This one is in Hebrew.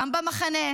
גם במחנה,